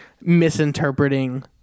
misinterpreting